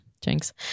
jinx